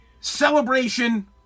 celebration